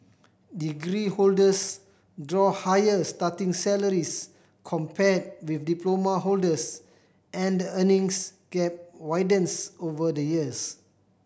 degree holders draw higher starting salaries compared with diploma holders and the earnings gap widens over the years